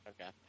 Okay